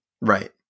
Right